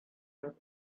was